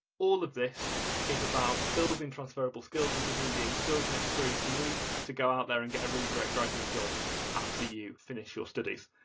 all of this is about building transferable skills and giving you the skills and experience you need to go out there and get a really great graduate job after you finish your studies.